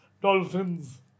dolphins